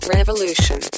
Revolution